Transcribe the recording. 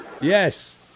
Yes